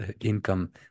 income